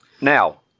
Now